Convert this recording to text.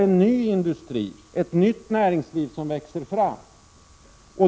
En ny industri, ett nytt näringsliv växer fram.